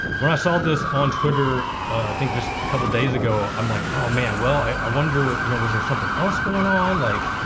when i saw this on twitter, i think just a couple of days ago, i'm like, oh man, well, i wonder, you know was there something else going on? like,